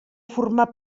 formar